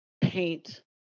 paint